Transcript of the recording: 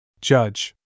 Judge